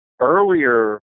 earlier